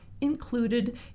included